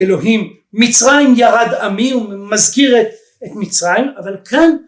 אלוהים, מצרים ירד עמי. הוא מזכיר את מצרים, אבל כאן